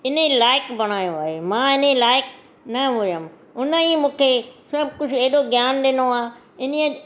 इन लाइक़ु बणायो आहे मां इन लाइक़ु न हुयमि उन ई मूंखे सभु कुझु अहिड़ो ज्ञान ॾिनो आहे इन ई